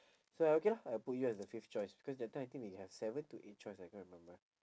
so I okay lah I put you as the fifth choice because that time I think we have seven to eight choice I cannot remember